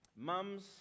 mums